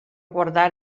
guardar